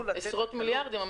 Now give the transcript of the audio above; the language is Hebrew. עשרות-מיליארדים.